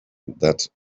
that